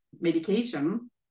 medication